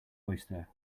oyster